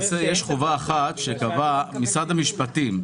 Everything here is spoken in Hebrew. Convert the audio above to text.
יש חובה אחת שקבע משרד המשפטים.